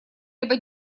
либо